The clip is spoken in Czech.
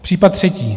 Případ třetí.